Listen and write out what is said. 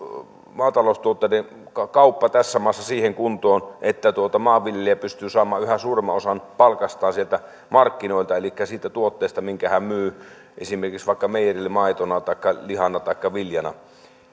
maataloustuotteiden kauppa tässä maassa siihen kuntoon että maanviljelijä pystyy saamaan yhä suuremman osan palkastaan sieltä markkinoilta elikkä siitä tuotteesta minkä hän myy esimerkiksi meijerille maitona taikka lihana taikka viljana